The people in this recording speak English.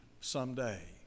someday